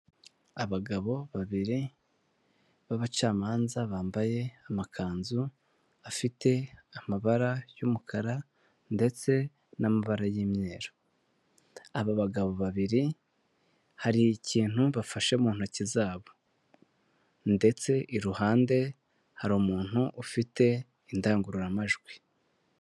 Abagabo babiri b'abacamanza bambaye amakanzu afite amabara y'umukara ndetse n'amabara y'imyeru, aba bagabo babiri hari ikintu bafashe mu ntoki zabo ndetse iruhande hari umuntu ufite indangururamajwi.